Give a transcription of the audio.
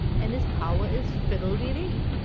and his power is fiddle-dee-dee.